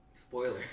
Spoiler